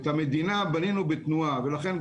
את המדינה בנינו בתנועה ולכן,